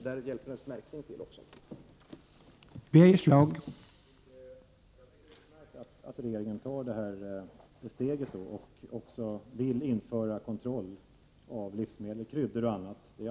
Därvidlag hjälper naturligtvis också märkning.